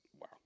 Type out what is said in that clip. wow